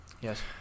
Yes